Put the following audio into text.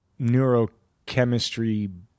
neurochemistry